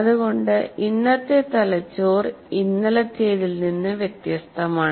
അതുകൊണ്ടു ഇന്നത്തെ തലച്ചോർ ഇന്നലത്തേതിൽ നിന്ന് വ്യത്യസ്തമാണ്